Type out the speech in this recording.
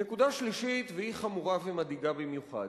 נקודה שלישית, והיא חמורה ומדאיגה במיוחד.